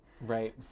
right